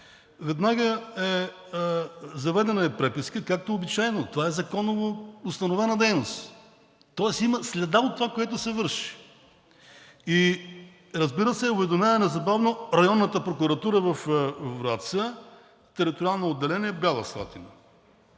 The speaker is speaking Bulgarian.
сигнал. Заведена е преписка, както е обичайно, това е законово установена дейност, тоест има следа от това, което се върши, и разбира се, уведомява незабавно Районната прокуратура във Враца – Териториално отделение – Бяла Слатина.